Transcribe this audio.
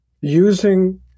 using